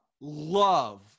love